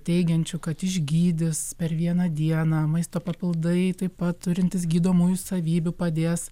teigiančių kad išgydys per vieną dieną maisto papildai taip pat turintys gydomųjų savybių padės